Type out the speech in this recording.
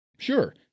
Sure